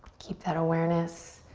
keep that awareness.